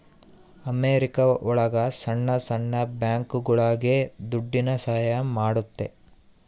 America ಒಳಗ ಸಣ್ಣ ಸಣ್ಣ ಬ್ಯಾಂಕ್ಗಳುಗೆ ದುಡ್ಡಿನ ಸಹಾಯ ಮಾಡುತ್ತೆ